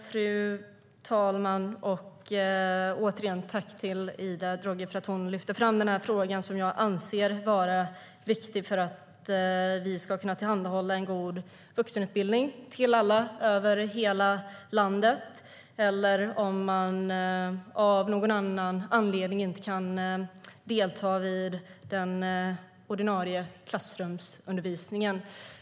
Fru talman! Tack än en gång, Ida Drougge, för att du lyfter fram den här frågan! Jag anser den vara viktig för att vi ska kunna tillhandahålla en god vuxenutbildning till alla över hela landet, även till dem som av någon anledning inte kan delta i den ordinarie klassrumsundervisningen.